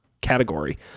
category